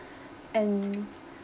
and